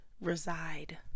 reside